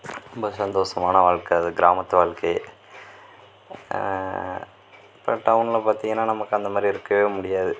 ரொம்ப சந்தோசமான வாழ்க்கை அது கிராமத்து வாழ்க்கையே அப்புறம் டவுன்ல பார்த்திங்கன்னா நமக்கு அந்தமாதிரி இருக்கவே முடியாது